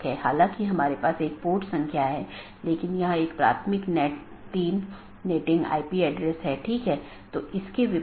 इसलिए हम बाद के व्याख्यान में इस कंप्यूटर नेटवर्क और इंटरनेट प्रोटोकॉल पर अपनी चर्चा जारी रखेंगे